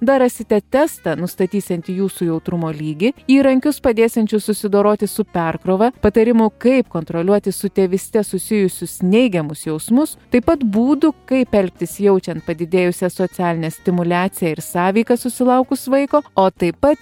dar rasite testą nustatysiantį jūsų jautrumo lygį įrankius padėsiančius susidoroti su perkrova patarimų kaip kontroliuoti su tėvyste susijusius neigiamus jausmus taip pat būdų kaip elgtis jaučiant padidėjusią socialinę stimuliaciją ir sąveiką susilaukus vaiko o taip pat